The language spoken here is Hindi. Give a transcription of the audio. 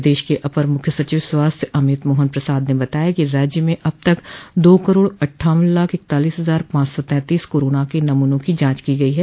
प्रदेश के अपर मुख्य सचिव स्वास्थ्य अमित मोहन प्रसाद ने बताया कि राज्य में अब तक दो करोड़ अट्ठावन लाख इकतालीस हजार पांच सौ तैतीस कोरोना के नमूनों की जांच की गई है